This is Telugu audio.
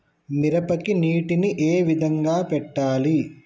మిరపకి నీటిని ఏ విధంగా పెట్టాలి?